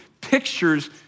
pictures